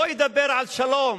לא אדבר על שלום,